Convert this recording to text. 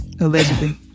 allegedly